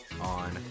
on